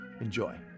enjoy